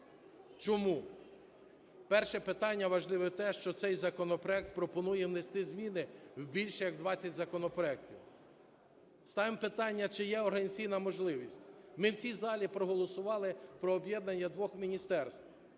Чому? Перше питання: важливо те, що цей законопроект пропонує внести зміни більше як в 20 законопроектів. Ставимо питання? чи є організаційна можливість? Ми в цій залі проголосували про об'єднання двох міністерств: